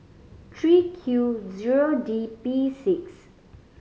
three Q zero D P six